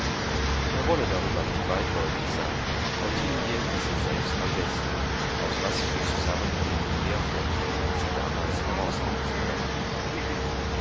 er wolle darüber nicht weitläufig sein ottilie wisse selbst am besten aus was für zusammenhängenden lehrvorträgen sie damals herausgerissen worden